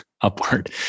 upward